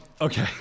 Okay